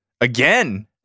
Again